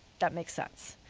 that makes sense.